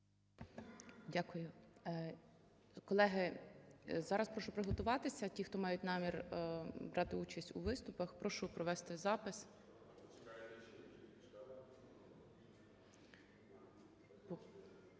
Дякую. Колеги, зараз прошу приготуватися ті, хто мають намір брати участь у виступах. Прошу провести запис.